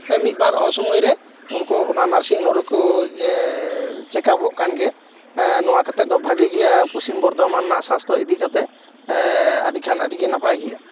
ᱢᱤᱫ ᱵᱟᱨ ᱚᱥᱚᱢᱚᱭ ᱨᱮ ᱩᱱᱠᱩ ᱚᱱᱟ ᱱᱟᱨᱥᱤᱝᱦᱳᱢ ᱨᱮᱠᱚ ᱪᱮᱠᱟᱯᱚᱜ ᱠᱟᱱ ᱜᱮᱭᱟ ᱦᱮᱸ ᱱᱚᱣᱟ ᱠᱟᱛᱮᱜ ᱫᱚ ᱵᱷᱟᱹᱜᱤ ᱜᱮᱭᱟ ᱯᱚᱥᱪᱤᱢ ᱵᱚᱨᱫᱷᱚᱢᱟᱱ ᱨᱮᱱᱟᱜ ᱥᱟᱥᱛᱷᱚ ᱤᱫᱤ ᱠᱟᱛᱮᱜ ᱦᱮᱸ ᱟᱹᱰᱤ ᱠᱷᱟᱱ ᱟᱹᱰᱤᱜᱮ ᱱᱟᱯᱟᱭ ᱜᱮᱭᱟ